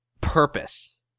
purpose